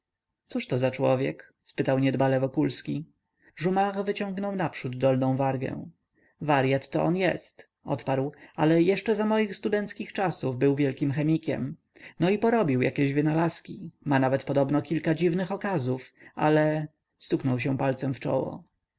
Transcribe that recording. co cóżto za człowiek spytał niedbale wokulski jumart wyciągnął naprzód dolną wargę waryat to on jest odparł ale jeszcze za moich studenckich czasów był wielkim chemikiem no i porobił jakieś wynalazki ma nawet podobno kilka dziwnych okazów ale stuknął się palcem w czoło